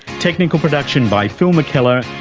technical production by phil mckellar,